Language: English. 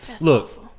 Look